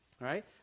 right